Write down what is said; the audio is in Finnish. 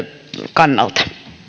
kannalta